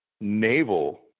naval